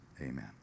amen